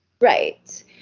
Right